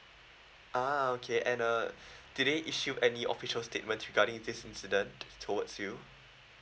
ah okay and uh did they issue any official statement regarding this incident towards you